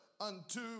unto